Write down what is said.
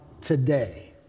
today